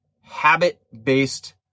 habit-based